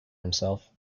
himself